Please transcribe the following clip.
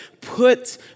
put